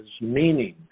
meaning